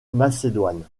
macédoine